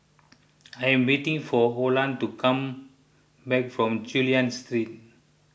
I'm waiting for Olan to come back from Chulia Street